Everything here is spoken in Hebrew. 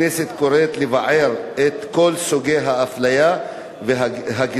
הכנסת קוראת לבער את כל סוגי האפליה והגזענות